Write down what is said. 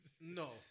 no